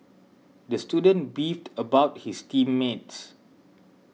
the student beefed about his team mates